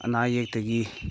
ꯑꯅꯥ ꯑꯌꯦꯛꯇꯒꯤ